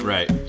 Right